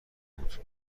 بود